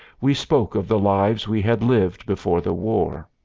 we spoke of the lives we had lived before the war.